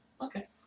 Okay